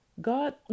God